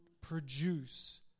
produce